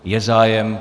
Je zájem.